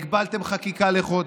הגבלתם חקיקה לחודש,